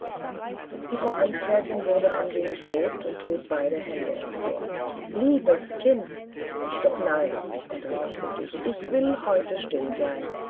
die frau amtsrätin wurde ein wenig rot und hob beide hände empor liebes kind doch nein unterbrach sie sich ich will heute still sein